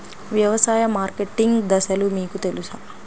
వ్యవసాయ మార్కెటింగ్ దశలు మీకు తెలుసా?